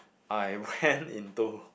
I went into